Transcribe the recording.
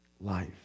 Life